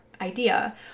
idea